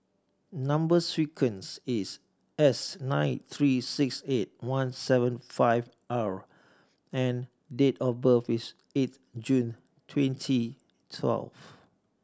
number sequence is S nine three six eight one seven five R and date of birth is eight June twenty twelve